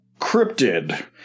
cryptid